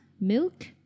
milk